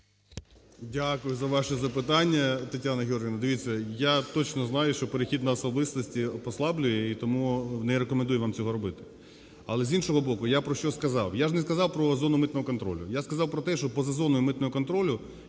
Дякую за ваше запитання. Тетяна Георгіївна, дивіться, я точно знаю, що перехід на особистості послаблює і тому не рекомендую вам цього робити. Але, з іншого боку, я про що сказав? Я ж не сказав про зону митного контролю. Я сказав про те, що поза зоною митного контролю…